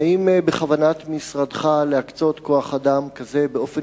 האם בכוונת משרדך להקצות כוח-אדם כזה באופן